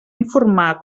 informar